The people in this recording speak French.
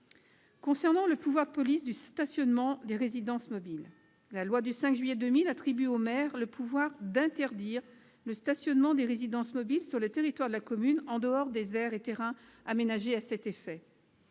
Concernant le pouvoir de police du stationnement des résidences mobiles, la loi du 5 juillet 2000 attribue au maire le pouvoir d'interdire le stationnement de ces dernières sur le territoire de la commune en dehors des aires et terrains aménagés à cet effet.